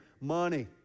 money